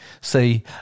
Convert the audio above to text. see